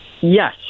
Yes